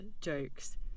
jokes